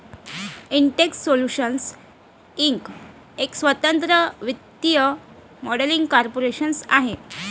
Intex solutions inc एक स्वतंत्र वित्तीय मॉडेलिंग कॉर्पोरेशन आहे